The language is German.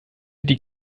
die